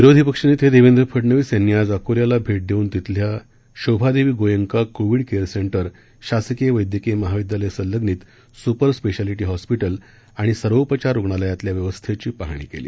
विरोधी पक्षनेते देवेंद्र फडनवीस यांनी आज अकोल्याला भेट देऊन तिथल्या Shobhadevi Goenka Covid care centre शासकीय वैद्यकीय महाविद्यालय संलग्नित स्पर स्पेशालिटी हॉस्पिटल आणि सर्वोपचार रुग्णालयातल्या व्यवस्थेची पाहणी केली